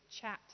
chat